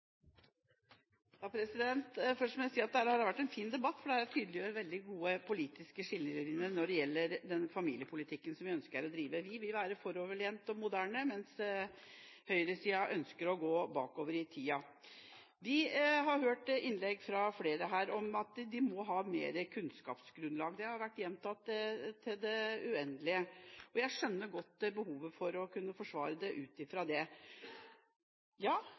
Først vil jeg si at dette har vært en fin debatt, for den tydeliggjør veldig godt de politiske skillelinjene når det gjelder familiepolitikken vi ønsker. Vi vil være foroverlente og moderne, mens høyresiden ønsker å gå bakover i tid. Vi har hørt innlegg fra flere om at de må ha et større kunnskapsgrunnlag. Det har vært gjentatt i det uendelige, og jeg skjønner godt behovet for å kunne forsvare det ut ifra det.